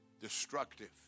destructive